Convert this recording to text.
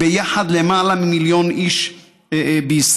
ביחד הם למעלה ממיליון איש בישראל.